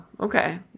okay